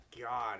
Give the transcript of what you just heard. God